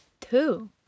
Two